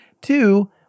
Two